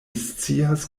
scias